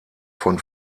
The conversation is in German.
von